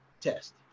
Test